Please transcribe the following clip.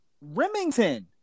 Remington